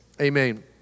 amen